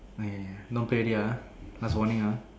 eh no pay already ah last warning ah